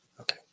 Okay